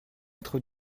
être